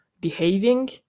behaving